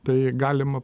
tai galima